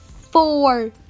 four